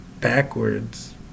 backwards